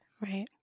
Right